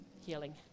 healing